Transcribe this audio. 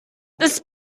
this